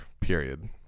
period